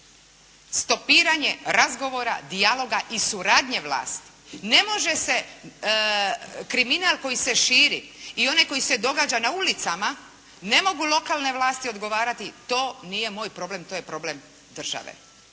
stopiranje razgovora, dijaloga i suradnje vlasti. Ne može se kriminal koji se širi i onaj koji se događa na ulicama, ne mogu lokalne vlasti odgovarati to nije moj problem, to je problem države